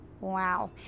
Wow